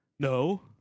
no